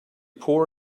poor